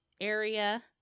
area